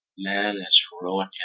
man as heroic